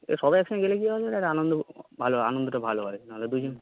এ সবাই একসঙ্গ গেলে কি হবে তাহলে আনন্দ ভালো আনন্দটা ভালো হয় নাহলে দুজন